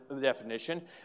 definition